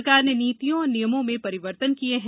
सरकार ने नीतियों और नियमों में परिवर्तन किए हैं